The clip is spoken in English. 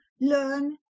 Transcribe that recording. learn